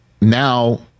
now